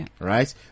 Right